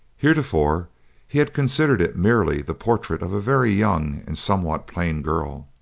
heretofore he had considered it merely the portrait of a very young and somewhat plain girl.